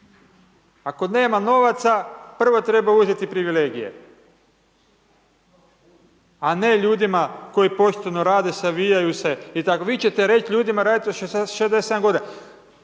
Ako nema novaca, prvo treba uzeti privilegije, a ne ljudima koji pošteno rade, savijaju se i tako. Vi ćete reći radite do 67 g.